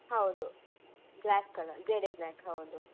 ಹೌದು black colour ಜೆಡೆ black ಹೌದು